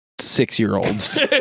six-year-olds